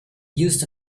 used